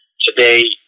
today